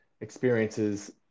experiences